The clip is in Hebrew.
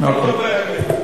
דובר אמת.